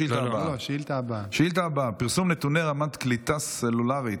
השאילתה הבאה: פרסום נתוני רמת קליטה סלולרית,